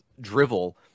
drivel